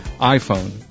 iPhone